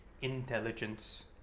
intelligence